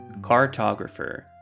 Cartographer